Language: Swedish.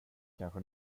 kanske